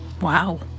Wow